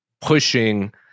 pushing